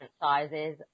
sizes